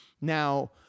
Now